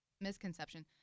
misconception